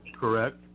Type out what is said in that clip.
correct